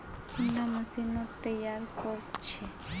कुंडा मशीनोत तैयार कोर छै?